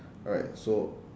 alright so